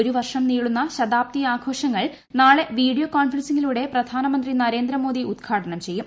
ഒരു വർഷം നീളുന്ന ശതാബ്ദി ആഘോഷങ്ങൾ നാളെ വീഡിയോ കോൺഫറൻസിംഗിലൂടെ പ്രധാനമന്ത്രി നരേന്ദ്ര മോദി ഉദ്ഘാടനം ചെയ്യും